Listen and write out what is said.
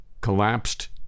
collapsed